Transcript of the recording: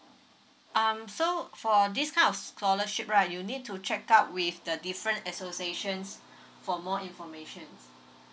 um so for this kind of scholarship right you need to check out with the different associations for more informations